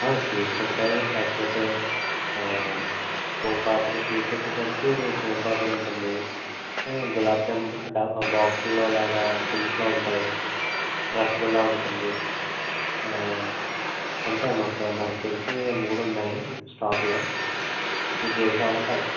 sweets ఉంటాయి లేకపోతే soan papdi sweets వచ్చేసరికి సోంపాపిడి ఉంటుంది గులాబ్ జామ్ అంటే బాక్స్లో అలాగ టిన్స్లో ఉంటాయి రసగుల్లా ఉంటుంది అంతే అమ్మ ఇప్పుడు నాకు తెలిసి ఈ మూడు ఉన్నాయి స్టాక్లో మీకు ఏది కావాలంటే అది ఇస్తా